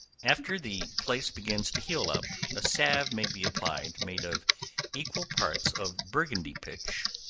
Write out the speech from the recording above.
after the place begins to heal up, a salve may be applied, made of equal parts of burgundy pitch,